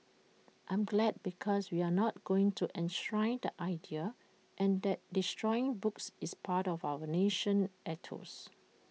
I'm glad because we're not going to enshrine the idea and that destroying books is part of our national ethos